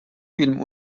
فیلم